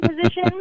position